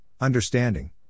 understanding